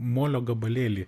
molio gabalėlį